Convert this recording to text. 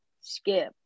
skip